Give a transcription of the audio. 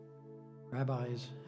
rabbis